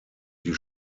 die